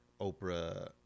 Oprah